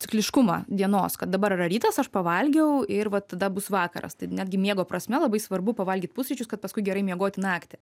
cikliškumą dienos kad dabar yra rytas aš pavalgiau ir va tada bus vakaras tai netgi miego prasme labai svarbu pavalgyt pusryčius kad paskui gerai miegoti naktį